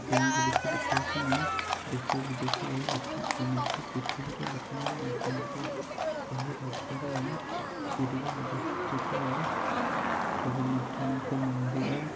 ଯେଉଁଗୁଡ଼ିକୁ ଦେଖିବା ପାଇଁ ଦେଶ ବିଦେଶ ଅର୍ଥାତ୍ ସମଗ୍ର ପୃଥିବୀରୁ ଲୋକମାନେ ଆସନ୍ତି ଏହି ରାଜ୍ୟରେ ପୁରୀରେ ଅବସ୍ଥିତ ଜଗନ୍ନାଥଙ୍କ ମନ୍ଦିର